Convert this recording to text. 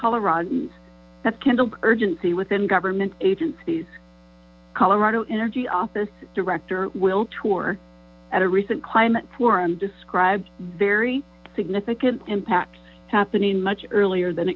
colorado kindled urgency within government agencies colorado energy office director will tour at a recent climate forum described very significant impacts happening much earlier than